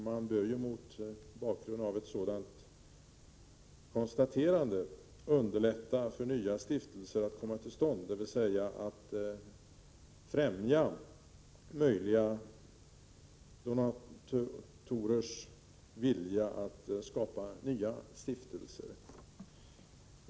Mot bakgrund av ett sådant konstaterande bör man underlätta för nya stiftelser att komma till stånd, dvs. att främja möjliga donatorers vilja att skapa nya stiftelser.